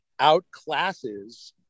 outclasses